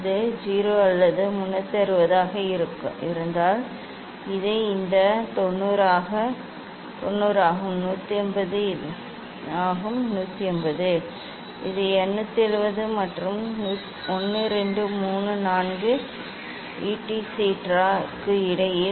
இது 0 அல்லது 360 ஆக இருந்தால் இது இந்த 90 ஆகும் 180 இது 270 மற்றும் 1 2 3 4 etcetera க்கு இடையில்